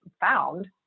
found